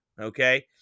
okay